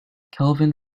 kelvin